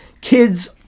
kids